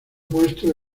puesto